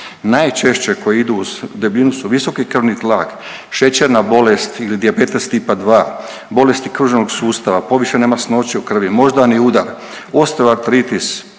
Najčešće koje idu uz debljinu su visoki krvni tlak, šećerna bolest ili dijabetes Tipa 2, bolesti kružnog sustava, povišene masnoće u krvi, moždani udar, osteoartritis,